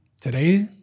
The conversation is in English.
Today